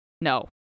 No